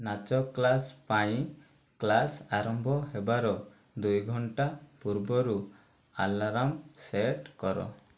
ନାଚ କ୍ଳାସ ପାଇଁ କ୍ଳାସ ଆରମ୍ଭ ହେବାର ଦୁଇ ଘଣ୍ଟା ପୂର୍ବରୁ ଆଲାର୍ମ ସେଟ୍ କର